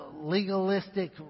legalistic